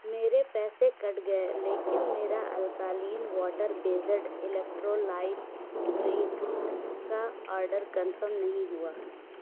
میرے پیسے کٹ گئے لیکن میرا alkaline water based electrolyte drink کا آرڈر کنفرم نہیں ہوا